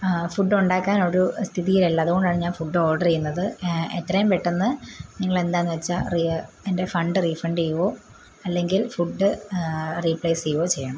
ഫുഡുണ്ടാക്കാനുള്ളൊരു സ്ഥിതീലല്ല അതുകൊണ്ടാണ് ഞാൻ ഫുഡ് ഓർഡർ ചെയ്യുന്നത് എത്രയും പെട്ടെന്ന് നിങ്ങളെന്താന്ന് വെച്ചാൽ റീയ് എൻ്റെ ഫണ്ട് റീഫണ്ട് ചെയ്യോ അല്ലെങ്കിൽ ഫുഡ് റീപ്ലേസ് ചെയ്യോ ചെയ്യണം